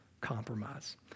compromise